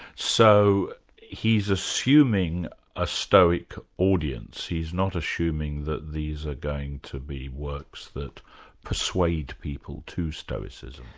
so he's assuming a stoic audience he's not assuming that these are going to be works that persuade people to stoicism?